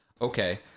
Okay